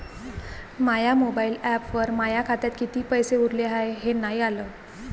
माया mobile ॲपवर माया खात्यात किती पैसे उरले हाय हे नाही आलं